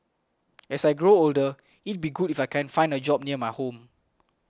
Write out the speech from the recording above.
as I grow older it'd be good if I can find a job near my home